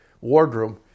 wardroom